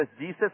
jesus